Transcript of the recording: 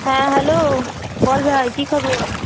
হ্যাঁ হ্যালো বল ভাই কী খবর